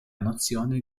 nozione